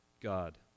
God